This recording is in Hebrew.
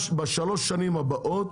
בשלוש השנים הבאות,